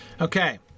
Okay